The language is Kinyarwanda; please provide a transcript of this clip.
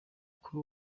kuri